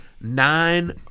nine